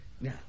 Now